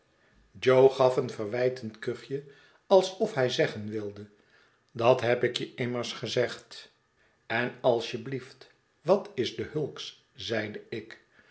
gaf een verwijtend kuchje alsof hij zeggen wilde dat heb ik je immers gezegd en als je blieft wat is de hulks zeide ik